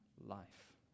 life